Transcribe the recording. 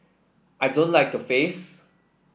I don't like your face